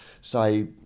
say